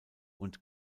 und